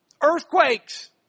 Earthquakes